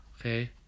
Okay